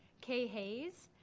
kaye hayes.